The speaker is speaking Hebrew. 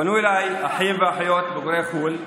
פנו אליי אחים ואחיות בוגרי חו"ל,